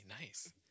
Nice